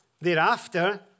Thereafter